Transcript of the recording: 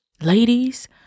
Ladies